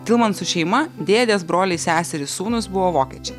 tilmansų šeima dėdės broliai seserys sūnūs buvo vokiečiai